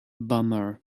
bummer